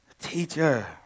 Teacher